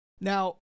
Now